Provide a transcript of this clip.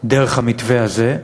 דרך המתווה הזה,